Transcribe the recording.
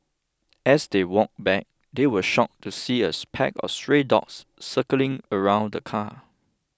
as they walked back they were shocked to see as pack of stray dogs circling around the car